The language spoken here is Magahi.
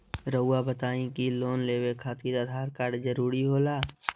रौआ बताई की लोन लेवे खातिर आधार कार्ड जरूरी होला?